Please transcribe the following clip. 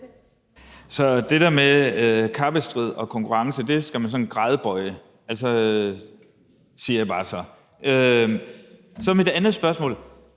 Så det der med kappestrid og konkurrence skal man sådan gradbøje, siger jeg så bare. Mit andet spørgsmål